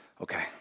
Okay